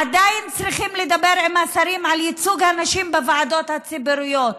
עדיין צריכים לדבר עם השרים על ייצוג הנשים בוועדות הציבוריות,